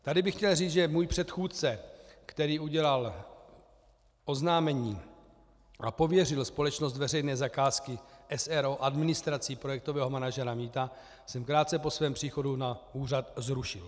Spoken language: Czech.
Tady bych chtěl říct, že můj předchůdce, který udělal oznámení a pověřil společnost Veřejné zakázky s.r.o. administrací projektového manažera mýta, jsem krátce po svém příchodu na úřad zrušil.